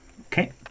Okay